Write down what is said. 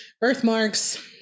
birthmarks